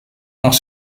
nach